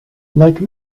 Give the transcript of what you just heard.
like